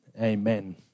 amen